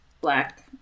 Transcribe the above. black